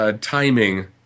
timing